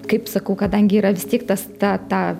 kaip sakau kadangi yra vis tiek tas ta ta